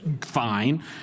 fine